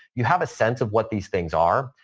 you have a sense of what these things are.